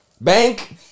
Bank